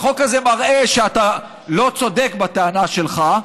החוק הזה מראה שאתה לא צודק בטענה שלך,